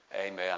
amen